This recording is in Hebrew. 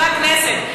חברי הכנסת,